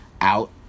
out